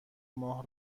ماه